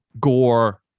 Gore